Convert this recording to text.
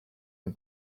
and